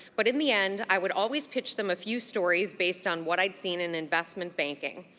but in the end, i would always pitch them a few stories based on what i'd seen in investment banking.